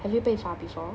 have you 被查 before